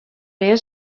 rayon